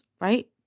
right